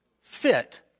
fit